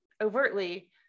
overtly